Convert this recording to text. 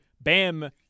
Bam